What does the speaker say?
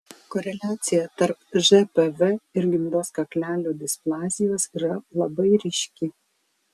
koreliacija tarp žpv ir gimdos kaklelio displazijos yra labai ryški